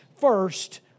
first